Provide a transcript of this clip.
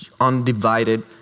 Undivided